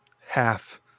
half